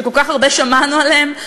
שכל כך הרבה שמענו עליהם,